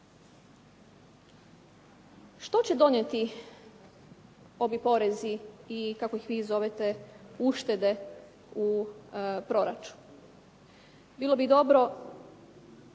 Što će donijeti ovi porezi i kako ih vi zovete uštede u proračun? Bilo bi dobro